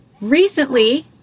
recently